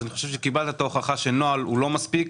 אני חושב שקיבלת את ההוכחה שנוהל אינו מספיק.